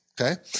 Okay